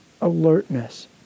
alertness